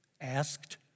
asked